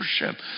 worship